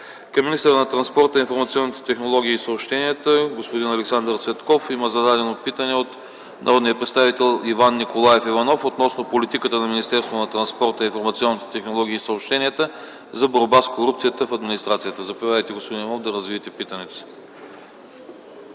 Към министъра на транспорта, информационните технологии и съобщенията господин Александър Цветков има отправено питане от народния представител Иван Николаев Иванов относно политиката на Министерството на транспорта, информационните технологии и съобщенията за борба с корупцията в администрацията. Заповядайте, господин Иванов, да развиете питането си.